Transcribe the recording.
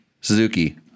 Suzuki